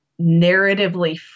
narratively